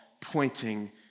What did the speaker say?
pointing